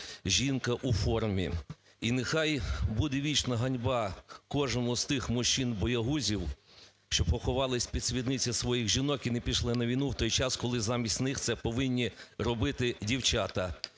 жінка у формі. І нехай буде вічна ганьба кожному з тих мужчин-боягузів, що поховались під спідниці своїх жінок і не пішли на війну у той час, коли замість них це повинні робити дівчата,